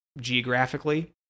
geographically